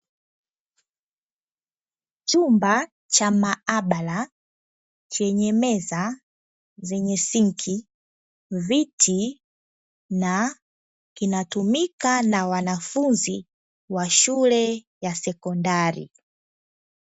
Chumba cha maabara chenye meza zenye sinki, viti na kinatumika na wanafunzi wa shule ya sekondari.